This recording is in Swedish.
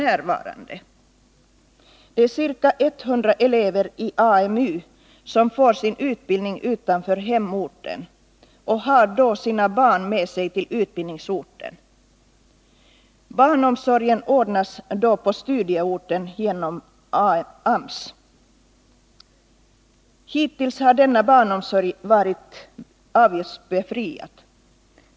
Det 105 är ca 100 elever i AMU som får sin utbildning utanför hemorten, och de har då sina barn med sig till utbildningsorten. Barnomsorgen ordnas på studieorten genom AMS. Hittills har denna barnomsorg varit avgiftsbefriad.